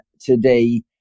today